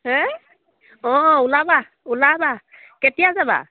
হে অঁ ওলাবা ওলাবা কেতিয়া যাবা